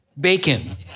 Bacon